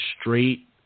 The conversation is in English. straight